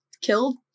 killed